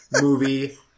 movie